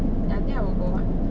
ya I think I will go what